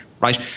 right